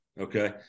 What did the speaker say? Okay